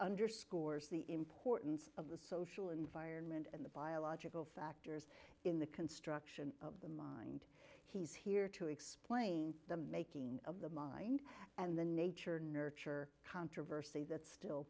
underscores the importance of the social environment and the biological factors in the construction of he's here to explain the making of the mind and the nature nurture controversy that still